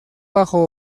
bajo